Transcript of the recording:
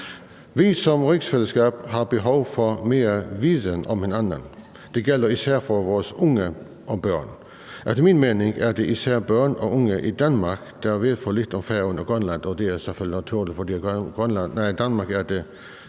Vi som rigsfællesskab har behov for mere viden om hinanden. Det gælder især for vores unge og børn. Efter min mening er det især børn og unge i Danmark, der ved for lidt om Færøerne og Grønland, og det er i så fald naturligt, for Danmark